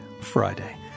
Friday